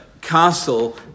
castle